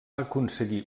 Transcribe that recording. aconseguir